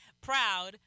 proud